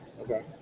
Okay